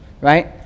right